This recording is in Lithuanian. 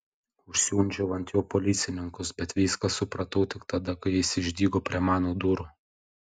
užsiundžiau ant jo policininkus bet viską supratau tik tada kai jis išdygo prie mano durų